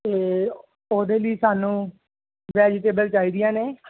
ਅਤੇ ਉਹਦੇ ਲਈ ਸਾਨੂੰ ਵੈਜੀਟੇਬਲ ਚਾਹੀਦੀਆਂ ਨੇ